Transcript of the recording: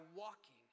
walking